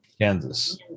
Kansas